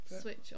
switch